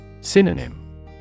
Synonym